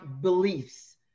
beliefs